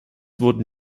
wurden